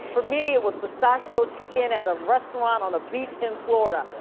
for me, it was pistachio chicken at a restaurant on a beach in florida.